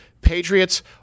patriots